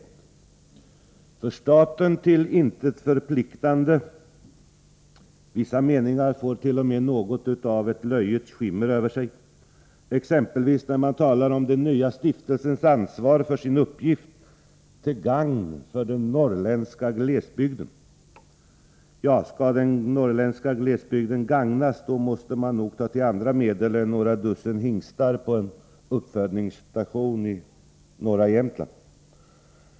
De är för staten till intet förpliktande — vissa meningar får t.o.m. något av löjets skimmer över sig, exempelvis när man talar om ”den nya stiftelsens ansvar för sin uppgift, till gagn för den norrländska glesbygden”. Skall den norrländska glesbygden gagnas, då måste man nog ta till andra medel än några dussin hingstar på en uppfödningsstation i norra Jämtland.